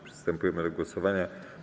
Przystępujemy do głosowania.